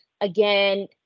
Again